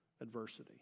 Adversity